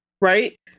right